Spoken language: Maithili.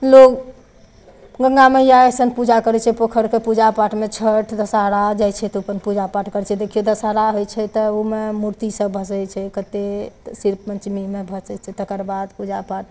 लोग गंगा मैया अइसन पूजा करै छै पोखरिके पूजापाठमे छठि दशहरा जाइ छै तऽ अपन पूजापाठ करै छै देखियौ दशहरा होइ छै तऽ ओहिमे मूर्ति सब भसै छै कते तऽ सिरपंचमीमे भसै छै तकरबाद पूजापाठ